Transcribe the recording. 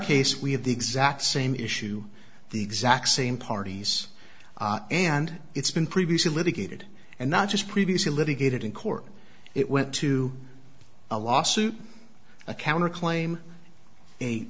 case we have the exact same issue the exact same parties and it's been previously litigated and not just previously litigated in court it went to a lawsuit a counterclaim